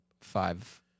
five